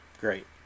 great